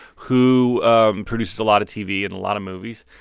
who produced a lot of tv and a lot of movies.